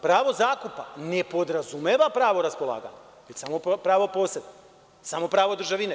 Pravo zakupa ne podrazumeva pravo raspolaganja, već samo pravo poseda, samo pravo državine.